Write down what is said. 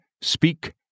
speak